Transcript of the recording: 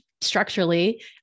structurally